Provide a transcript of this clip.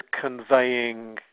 conveying